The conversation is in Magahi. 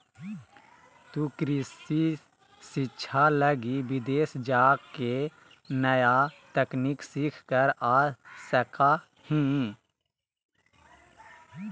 तु कृषि शिक्षा लगी विदेश जाके नया तकनीक सीख कर आ सका हीं